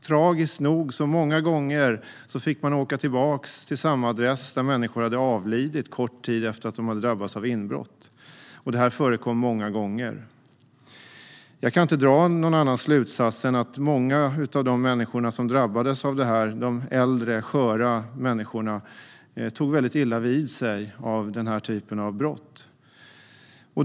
Tragiskt nog fick man ofta åka tillbaka till samma adress när människor hade avlidit kort tid efter det att de hade drabbats av inbrott. Det förekom många gånger. Jag kan inte dra någon annan slutsats än att många av de äldre och sköra människor som drabbades av inbrott tog väldigt illa vid sig av den här typen av brott.